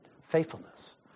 faithfulness